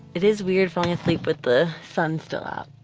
it is weird falling asleep with the sun still out.